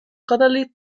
connolly